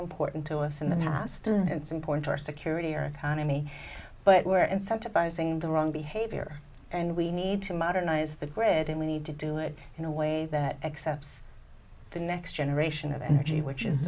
important to us in the past and it's important to our security or economy but we're incentivizing the wrong behavior and we need to modernize the grid and we need to do it in a way that accepts the next generation of energy which is